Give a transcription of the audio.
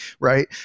Right